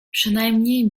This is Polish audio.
przynajmniej